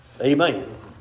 Amen